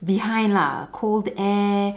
behind lah cold air